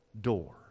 door